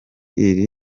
iri